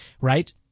Right